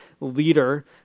leader